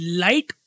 light